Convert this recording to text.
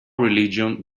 religion